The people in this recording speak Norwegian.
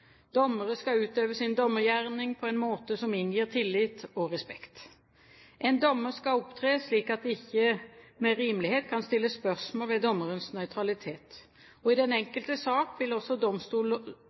Dommere skal utøve sin dommergjerning på en måte som inngir tillit og respekt. En dommer skal opptre slik at det ikke med rimelighet kan stilles spørsmål ved dommerens nøytralitet. I den